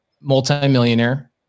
multimillionaire